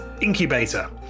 incubator